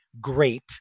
Grape